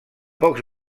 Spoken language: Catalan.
pocs